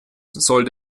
soll